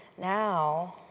now,